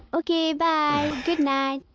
okay! bye! good night!